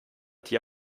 dir